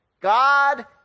God